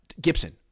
Gibson